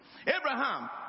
abraham